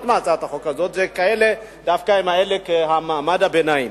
מהצעת החוק הזאת זה דווקא מעמד הביניים.